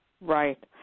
Right